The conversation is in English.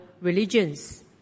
religions